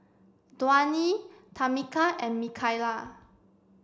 Dwyane Tamika and Mikayla